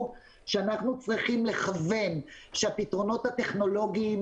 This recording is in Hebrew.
שאנחנו צריכים לכוון שהפתרונות הטכנולוגיים,